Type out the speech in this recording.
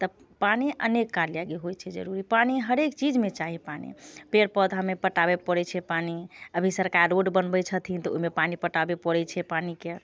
तब पानि अनेक कार्य लागि होइ छै जरूरी पानि हरेक चीजमे चाही पानि पेड़ पौधामे पटाबे पड़ै छै पानी अभी सरकार रोड बनबै छथिन तऽ ओइमे पानि पटाबे पड़ै छै पानि के